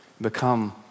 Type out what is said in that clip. become